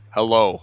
Hello